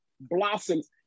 Blossoms